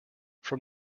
from